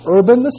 Urban